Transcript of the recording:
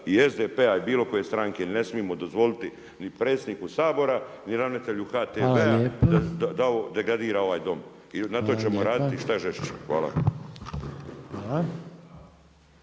i SDP-a, bilo koje stranke, ne smijemo dozvoliti ni predsjedniku Sabora ni Ravnatelju HTV-a da degradira ovaj Dom. I na tom ćemo raditi šta žešće. Hvala.